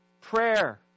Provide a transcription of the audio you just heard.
Prayer